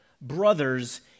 Brothers